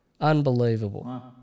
Unbelievable